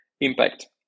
impact